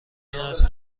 است